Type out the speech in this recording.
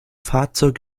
fahrzeug